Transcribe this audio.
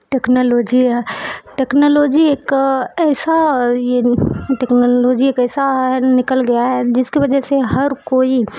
technology ہے technology ایک ایسا یہ ٹیکنالوجی ایک ایسا نکل گیا ہے جس کی وجہ سے ہر کوئی